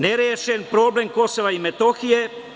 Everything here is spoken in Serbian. Nerešen problem Kosova i Metohije.